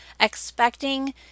expecting